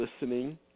listening